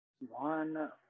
One